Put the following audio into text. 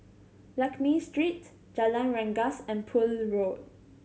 Lakme Street Jalan Rengas and Poole Road